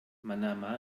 manama